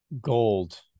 gold